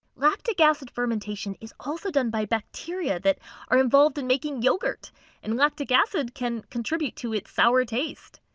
lactic acid fermentation is also done by bacteria that are involved in making yogurt and lactic acid can contribute to its sour taste.